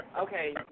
Okay